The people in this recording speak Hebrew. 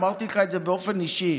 אמרתי לך את זה באופן אישי.